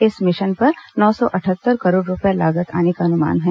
इस मिशन पर नौ सौ अटहत्तर करोड़ रूपये लागत आने का अनुमान है